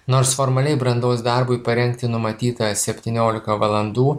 nors formaliai brandos darbui parengti numatyta septyniolika valandų